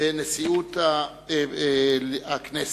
בנשיאות הכנסת.